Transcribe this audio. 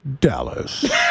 Dallas